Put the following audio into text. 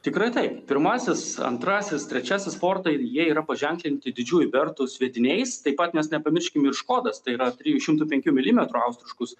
tikrai taip pirmasis antrasis trečiasis fortai ir jie yra paženklinti didžiųjų bertų sviediniais taip pat mes nepamirškim ir žkodas tai yra trijų šimtų penkių milimetrų austriškus